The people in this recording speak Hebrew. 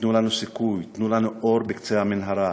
תנו לנו סיכוי, תנו לנו אור בקצה המנהרה,